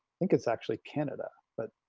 think it's actually canada but